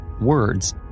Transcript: words